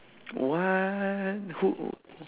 what who